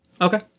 Okay